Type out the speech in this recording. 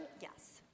Yes